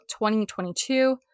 2022